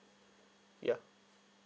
ya